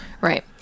right